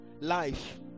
life